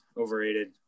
overrated